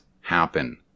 happen